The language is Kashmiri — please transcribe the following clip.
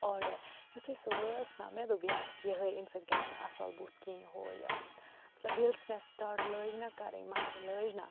آرڈَر یتھُے سُہ وٲژ نہ مےٚ دوٚپ یہِ اَسہِ یِہے اَمہِ سۭتۍ گَژھِ نہٕ اَصٕل بُتھ کِہیٖنۍ ہُہ یہِ مطلب بیٚیہِ ییٚلہِ سٔہ مےٚ سِٹاٹ لٲج نا کَرٕنۍ مَتھٕنۍ لٲج نا